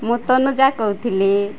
ମୁଁ ତନୁଜା କହୁଥିଲି